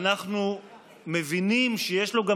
ואנחנו מבינים שיש לו גם,